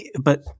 but-